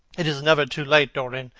it is never too late, dorian.